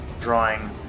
drawing